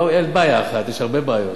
אין בעיה אחת, יש הרבה בעיות.